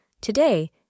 Today